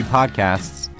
Podcasts